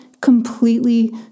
completely